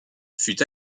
fut